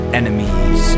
enemies